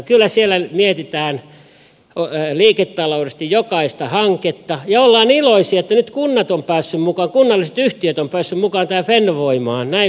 kyllä siellä mietitään liiketaloudellisesti jokaista hanketta ja ollaan iloisia että nyt kunnat ja kunnalliset yhtiöt ovat päässeet mukaan tähän fennovoimaan näin voimallisesti